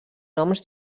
noms